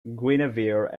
guinevere